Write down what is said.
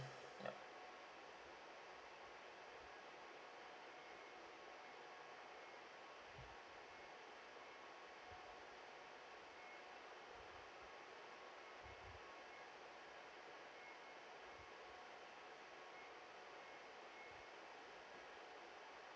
yup